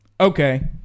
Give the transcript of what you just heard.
Okay